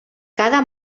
cada